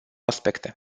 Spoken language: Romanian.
aspecte